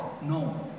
no